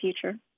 future